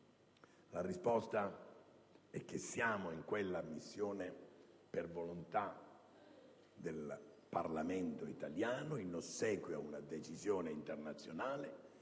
la risposta è che siamo in quella missione per volontà del Parlamento italiano, in ossequio a una decisione internazionale,